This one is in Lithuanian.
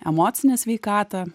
emocinę sveikatą